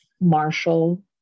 marshall